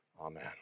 Amen